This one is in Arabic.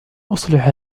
أصلح